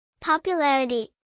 Popularity